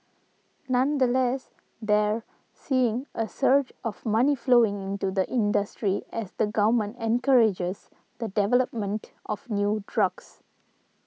nonetheless they're seeing a surge of money flowing into the industry as the government encourages the development of new drugs